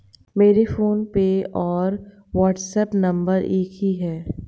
मेरा फोनपे और WhatsApp number एक ही है